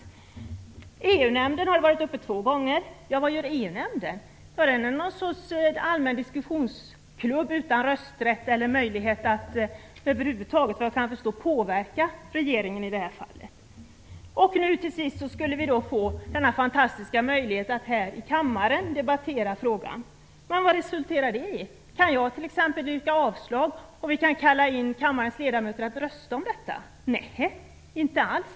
I EU-nämnden har frågan varit uppe två gånger. Vad gör EU-nämnden? Är det någon sorts allmän diskussionsklubb utan rösträtt eller möjlighet att över huvud taget påverka regeringen i det här fallet? Till sist skulle vi nu få denna fantastiska möjlighet att här i kammaren debattera frågan. Men vad resulterar det i? Kan jag t.ex. yrka avslag? Kan vi kalla in kammarens ledamöter att rösta om detta? Nej, inte alls.